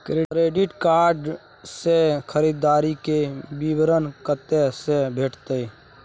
Credit card से खरीददारी के विवरण कत्ते से भेटतै?